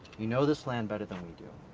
you know this land better than we do,